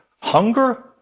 hunger